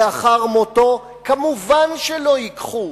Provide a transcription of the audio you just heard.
לאחר מותו כמובן שלא ייקחו.